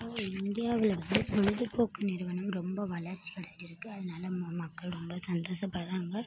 இந்தியாவில் வந்து பொழுதுபோக்கு நிறுவனம் ரொம்ப வளர்ச்சி அடஞ்சியிருக்கு அதனால ம மக்கள் ரொம்ப சந்தோசப்படுறாங்க